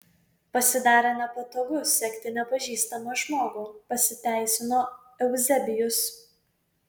pasidarė nepatogu sekti nepažįstamą žmogų pasiteisino euzebijus